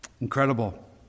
Incredible